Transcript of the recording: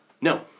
No